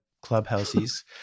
clubhouses